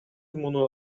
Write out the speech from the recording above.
муну